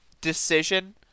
decision